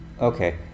Okay